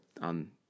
on